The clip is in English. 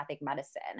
medicine